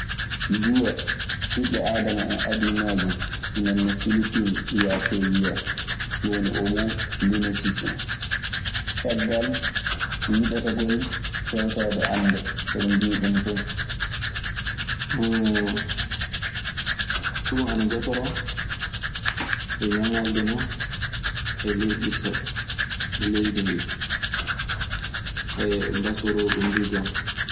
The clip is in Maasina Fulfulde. Yiee ɓiɓee adama hen adimeje, ndenon filipine wia ton yiha, dun woni hono lunesushen. Caggal wiɗotagol tewtooɓe annde so ɓe njii ɗun ton. Ɗun an jatoraa yo ñaŋalde non e ley issa leydi ndii. Ɓe mbasoroo ɗun du jonka.